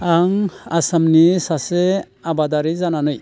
आं आसामनि सासे आबादारि जानानै